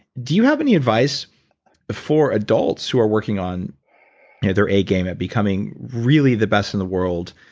do you have any advice for adults who are working on their a game at becoming really the best in the world?